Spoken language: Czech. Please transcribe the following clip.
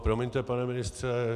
Promiňte, pane ministře.